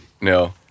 No